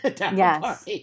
Yes